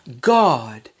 God